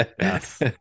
Yes